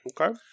Okay